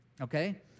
Okay